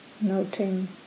noting